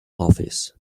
office